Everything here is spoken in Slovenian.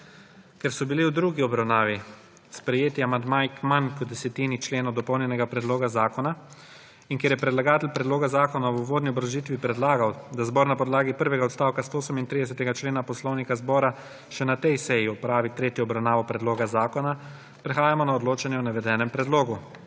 Ker so bili v drugi obravnavi sprejeti amandmaji k manj kot desetini členov dopolnjenega predloga zakona in ker je predlagatelj predloga zakona v uvodni obrazložitvi predlagal, da zbor na podlagi prvega odstavka 138. člena Poslovnika Državnega zbora še na tej seji opravi tretjo obravnavo predloga zakona, prehajamo na odločanje o navedenem predlogu.